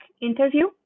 interview